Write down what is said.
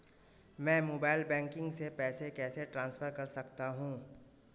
मैं mobile banking से पैसे कैसे ट्रांसफर कर सकता हूं?